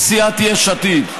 ולסיעת יש עתיד.